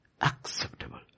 acceptable